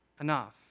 enough